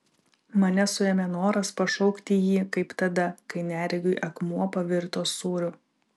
mane suėmė noras pašaukti jį kaip tada kai neregiui akmuo pavirto sūriu